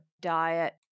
diet